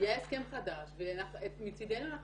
יהיה הסכם חדש ומצידנו אנחנו